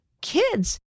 kids